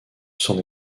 son